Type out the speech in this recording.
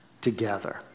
together